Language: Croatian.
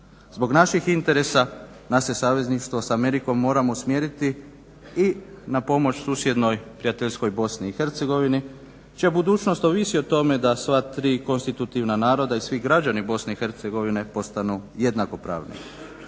Zbog naših interesa naše savezništvo s Amerikom moramo usmjeriti i na pomoć susjednoj prijateljskoj BiH čija budućnost ovisi o tome da sva tri konstitutivna naroda i svi građani BiH postanu jednakopravni.